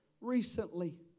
recently